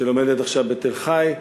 שלומדת עכשיו בתל-חי,